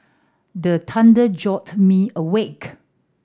the thunder jolt me awake